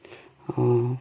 ହଁ